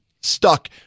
stuck